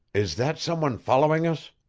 is that some one following us?